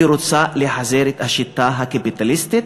היא רוצה להחזיר את השיטה הקפיטליסטית,